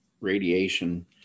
radiation